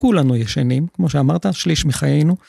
כולנו ישנים, כמו שאמרת, שליש מחיינו.